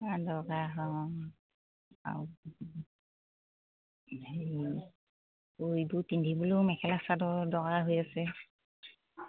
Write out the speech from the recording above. দৰকাৰ আৰু হেৰি অ' এইবোৰ পিন্ধিবলৈও মেখেলা চাদৰ দৰকাৰ হৈ আছে